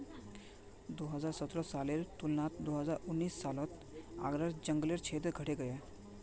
दो हज़ार सतरह सालेर तुलनात दो हज़ार उन्नीस सालोत आग्रार जन्ग्लेर क्षेत्र घटे गहिये